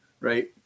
Right